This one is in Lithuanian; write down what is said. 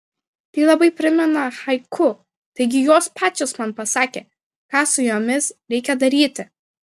tai labai primena haiku taigi jos pačios man pasakė ką su jomis reikia daryti